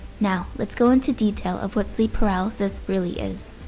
now, let's go into detail of what sleep paralysis really is.